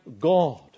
God